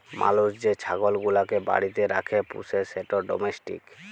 মালুস যে ছাগল গুলাকে বাড়িতে রাখ্যে পুষে সেট ডোমেস্টিক